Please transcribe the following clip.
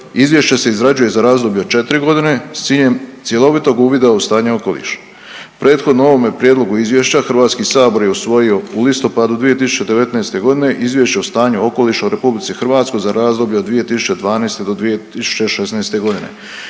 Izvješće se izrađuje za razdoblje od četri godine s ciljem cjelovitog uvida u stanje okoliša. Prethodno ovome prijedlogu izvješća HS je usvojio u listopadu 2019.g. Izvješće o stanju okoliša u RH za razdoblje 2012.-2016.g.